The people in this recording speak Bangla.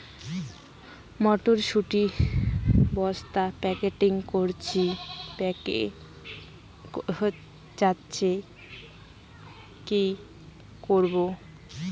মটর শুটি বস্তা প্যাকেটিং করেছি পেকে যাচ্ছে কি করব?